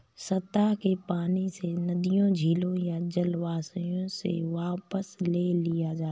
सतह के पानी से नदियों झीलों या जलाशयों से वापस ले लिया जाता है